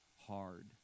hard